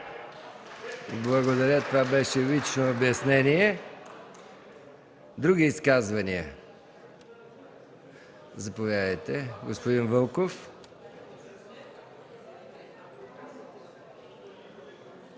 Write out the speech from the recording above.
Благодаря. Това беше лично обяснение. Други изказвания? Заповядайте, господин Вълков.